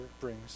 brings